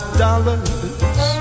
dollars